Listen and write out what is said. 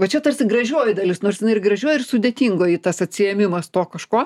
va čia tarsi gražioji dalis nors jinai ir gražioji ir sudėtingoji tas atsiėmimas to kažko